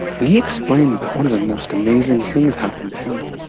and he explained that one of the most amazing things happened to him.